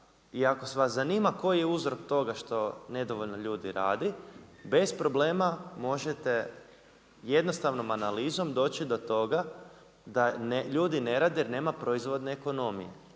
I ako vas zanima koji je uzrok toga što nedovoljno ljudi radi bez problema možete jednostavnom analizom doći do toga da ljudi ne rade, jer nema proizvodne ekonomije.